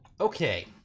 Okay